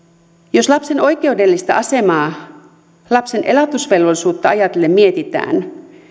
jos lapsen oikeudellista asemaa lapsen elatusvelvollisuutta ajatellen mietitään